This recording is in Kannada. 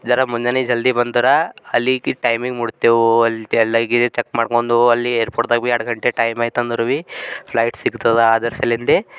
ಜರ ಮುಂಜಾನೆ ಜಲ್ದಿ ಬಂದರ ಅಲ್ಲಿಗೆ ಟೈಮಿಗೆ ಮುಟ್ತೇವೆ ಅಲ್ಲಿ ಲಗೇಜ್ ಚೆಕ್ ಮಾಡ್ಕೊಂಡು ಅಲ್ಲಿ ಏರ್ಪೋರ್ಟ್ದಾಗ ಭೀ ಎರಡು ಗಂಟೆ ಟೈಮ್ ಆಯ್ತು ಅಂದ್ರು ಭೀ ಫ್ಲೈಟ್ ಸಿಗ್ತದ ಅದ್ರ ಸಲಿಂದೆ